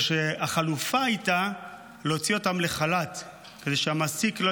או שהחלופה הייתה להוציא אותם לחל"ת כדי שהמעסיק לא